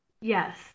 Yes